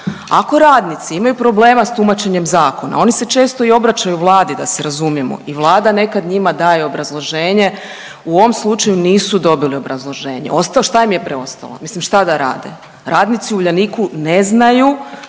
Ako radnici imaju problema s tumačenjem zakona oni se često i obraćaju Vladi da se razumijemo i Vlada nekad njima daje obrazloženje u ovom slučaju nisu dobili obrazloženje. Šta im je preostalo? Mislim šta da rade? Radnici u Uljaniku ne znaju